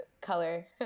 color